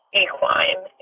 equine